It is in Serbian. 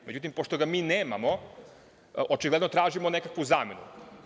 Međutim, pošto ga mi nemamo, očigledno tražimo nekakvu zamenu.